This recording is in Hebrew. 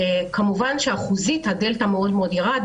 כמובן שבאחוזים הדלתא מאוד מאוד ירד,